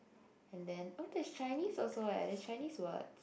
and then oh there's Chinese also eh there's Chinese words